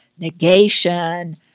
negation